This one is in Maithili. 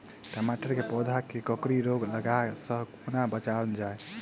टमाटर केँ पौधा केँ कोकरी रोग लागै सऽ कोना बचाएल जाएँ?